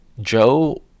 Joe